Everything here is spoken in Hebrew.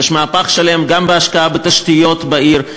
יש מהפך שלם גם בהשקעה בתשתיות בעיר,